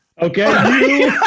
Okay